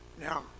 Now